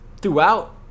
throughout